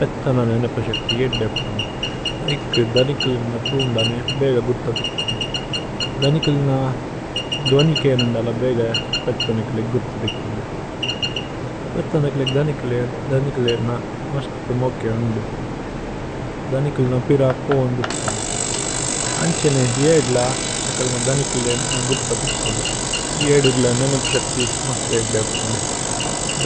പേത്തന നേനേപ ശക്തി ഏദ്ദേപ്പുന്ദു। ഐകു ദനികുലിന ഥുന്ദനേ ബേഗ। ഗുര്ഥതിക്കുന്ദു ദനികുലിന ദ്വനി। കേനന്ദല ബേഗ കുപേത്തനകുലേ। ഗുര്ഥതിക്കുന്ദു പേത്തനകുലേക്। ദനികുലേന മസ്തുമോകേ ഉന്ദു। ദനികുലിന പിര പൂന്ദുപുന്ദു। അന്ഛേനേ യേദ്ല അകലിന ദനികുലിന। ഗുര്ഥതിക്കുന്ദു യേദുഗില നേനേപ। ശക്തി മസ്ത് ഏദ്ദേപ്പുന്ദു